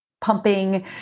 pumping